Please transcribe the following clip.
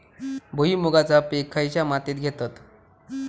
भुईमुगाचा पीक खयच्या मातीत घेतत?